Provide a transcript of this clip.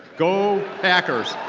go packers!